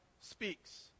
speaks